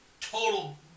total